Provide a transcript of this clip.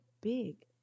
big